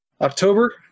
October